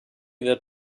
wird